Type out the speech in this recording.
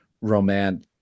romance